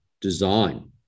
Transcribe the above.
design